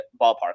ballpark